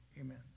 amen